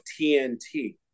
TNT